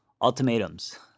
Ultimatums